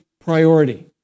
priority